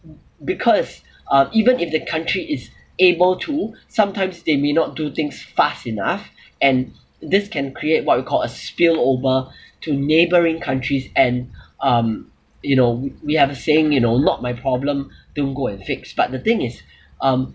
because uh even if the country is able to sometimes they may not do things fast enough and this can create what we call a spill over to neighbouring countries and um you know we have a saying you know not my problem don't go and fix but the thing is um